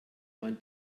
mein